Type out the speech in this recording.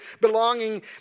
belonging